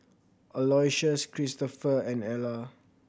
Aloysius Kristopher and Alla